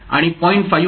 5 farad capacitor असेल